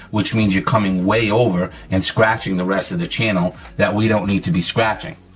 which means you coming way over and scratching the rest of the channel that we don't need to be scratching.